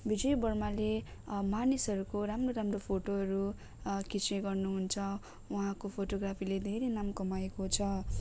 विजय वर्माले मानिसहरूको राम्रो राम्रो फोटोहरू खिच्ने गर्नुहुन्छ उहाँको फोटोग्राफीले धेरै नाम कमाएको छ